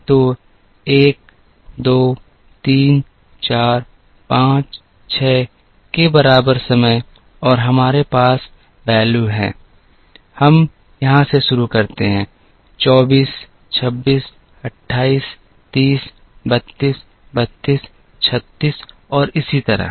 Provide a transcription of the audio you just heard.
तो 1 2 3 4 5 6 के बराबर समय और हमारे पास मान हैं हम यहां से शुरू करते हैं 24 26 28 30 32 32 36 और इसी तरह